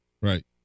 Right